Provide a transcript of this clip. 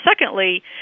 secondly